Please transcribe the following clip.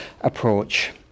approach